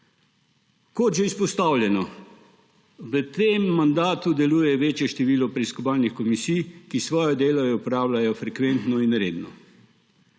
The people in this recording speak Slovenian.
bilo že izpostavljeno, v tem mandatu deluje večje število preiskovalnih komisij, ki svoje delo opravljajo frekventno in redno.